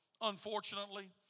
Unfortunately